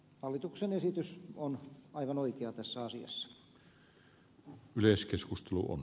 hallituksen esitys on aivan oikea tässä asiassa